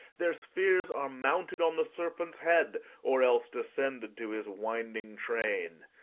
their spheres are mounted on the serpent's head, or else descended to his winding train.